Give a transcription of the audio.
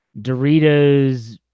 Doritos